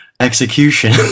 execution